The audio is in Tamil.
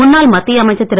முன்னாள் மத்திய அமைச்சர் திரு